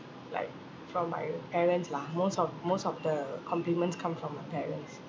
like from my parents lah most of most of the compliments come from my parents